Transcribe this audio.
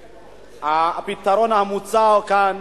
הפתרון המוצע כאן